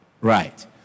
Right